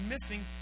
missing